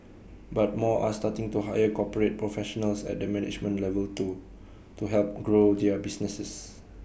but more are starting to hire corporate professionals at the management level too to help grow their businesses